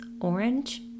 orange